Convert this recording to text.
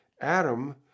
Adam